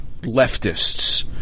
leftists